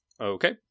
Okay